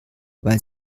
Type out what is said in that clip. weil